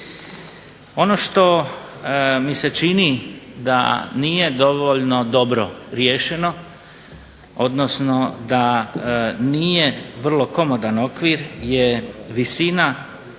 Ono što mi se čini da nije dovoljno dobro riješeno, odnosno da nije vrlo komodan okvir je visina